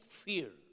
fear